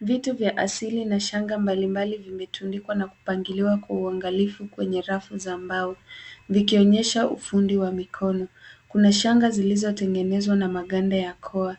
Vitu vya asili na shanga mbalimbali vimetundikwa na kupangiliwa kwa uangalifu kwenye rafu za mbao, vikionyesha ufundi wa mikono. Kuna shanga zilizotengenezwa na maganda ya koa,